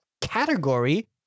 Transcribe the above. category